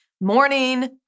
morning